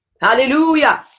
Hallelujah